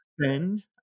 spend